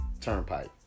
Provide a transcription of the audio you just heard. turnpike